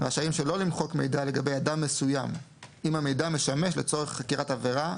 רשאים שלא למחוק מידע לגבי אדם מסוים אם המידע משמש לצורך חקירת עבירה,